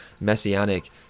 messianic